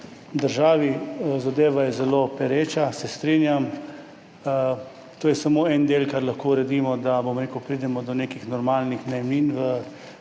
državi. Zadeva je zelo pereča, se strinjam. To je samo en del, kar lahko uredimo, da, bom rekel, pridemo do nekih normalnih najemnin v